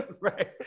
right